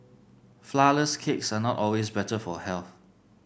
flourless cakes are not always better for health